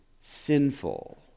sinful